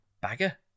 bagger